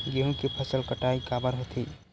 गेहूं के फसल कटाई काबर होथे?